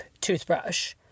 toothbrush